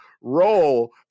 roll